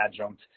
adjunct